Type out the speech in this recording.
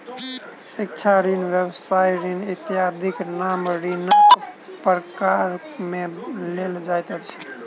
शिक्षा ऋण, व्यवसाय ऋण इत्यादिक नाम ऋणक प्रकार मे लेल जाइत अछि